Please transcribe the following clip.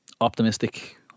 optimistic